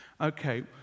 Okay